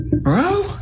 Bro